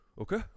okay